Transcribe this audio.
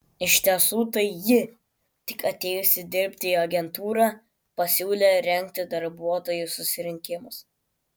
iš tiesų tai ji tik atėjusi dirbti į agentūrą pasiūlė rengti darbuotojų susirinkimus